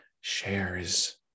shares